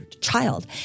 child